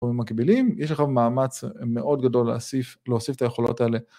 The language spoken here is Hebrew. אנחנו מקבילים, יש לך מאמץ מאוד גדול להוסיף את היכולות האלה.